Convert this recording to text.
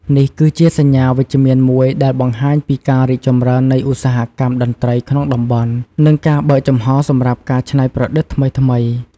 នេះគឺជាសញ្ញាណវិជ្ជមានមួយដែលបង្ហាញពីការរីកចម្រើននៃឧស្សាហកម្មតន្ត្រីក្នុងតំបន់ និងការបើកចំហរសម្រាប់ការច្នៃប្រឌិតថ្មីៗ។